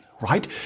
right